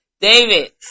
David